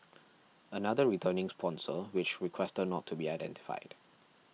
another returning sponsor which requested not to be identified